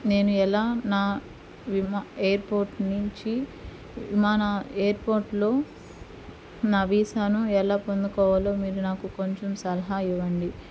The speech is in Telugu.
నేను ఎలా నా విమా ఎయిర్పోర్ట్ నుంచి విమానా ఎయిర్పోర్ట్లో నా వీసాను ఎలా పొందుకోవాలో మీరు నాకు కొంచెం సలహా ఇవ్వండి